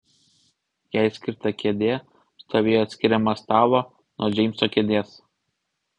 jai skirta kėdė stovėjo skiriama stalo nuo džeimso kėdės